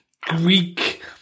Greek